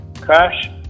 crash